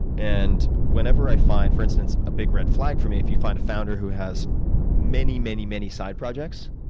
and whenever i find, for instance, a big red flag, for me, if you find a founder who has many, many many side projects